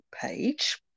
page